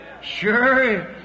Sure